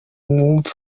mwumva